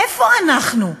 איפה אנחנו?